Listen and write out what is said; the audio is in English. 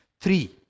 Three